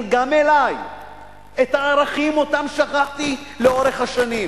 גם אלי את הערכים ששכחתי לאורך השנים.